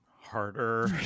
harder